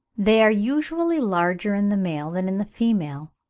they are usually larger in the male than in the female,